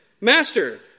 Master